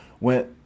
went